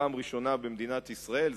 פעם ראשונה במדינת ישראל.